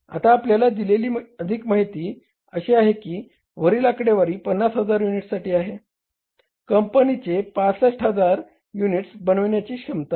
आता आपल्याला दिलेली अधिक माहिती अशी आहे की वरील आकडेवारी 50000 युनिटसाठी आहेत कंपनीची 65000 युनिट्स बनविण्याची क्षमता आहे